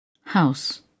House